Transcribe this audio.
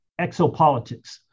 exopolitics